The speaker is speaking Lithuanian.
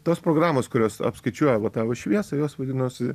tos programos kurios apskaičiuoja va tą va šviesą jos vadinosi